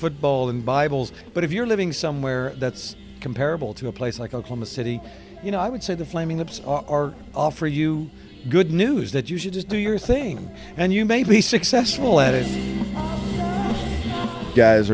football and bibles but if you're living somewhere that's comparable to a place like oklahoma city you know i would say the flaming lips are offer you good news that you should just do your thing and you may be successful at it